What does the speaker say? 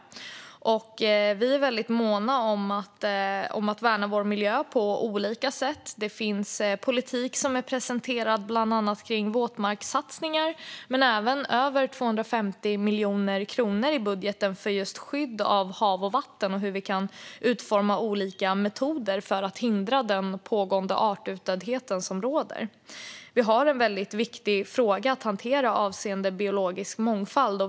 Vi är väldig måna om att värna vår miljö på olika sätt. Det finns politik som är presenterad bland annat om våtmarkssatsningar. Det är även över 250 miljoner kronor i budgeten kronor i budgeten för just skydd av hav och vatten. Det handlar om hur vi kan utforma olika metoder för att för att hindra det pågående utdöendet av arter som råder. Vi har en väldigt viktig fråga att hantera avseende biologisk mångfald.